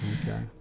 Okay